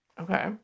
Okay